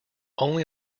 only